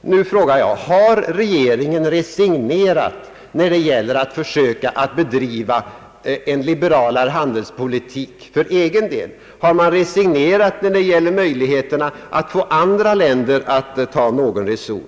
Nu frågar jag: Har regeringen resignerat när det gäller att försöka bedriva en liberalare handelspolitik för egen del? Har man även resignerat när det gäller möjligheterna att få andra länder att ta någon reson?